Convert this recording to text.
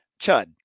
Chud